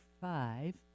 five